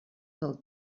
del